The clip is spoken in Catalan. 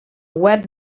web